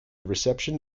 reception